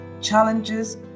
challenges